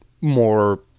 more